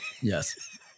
yes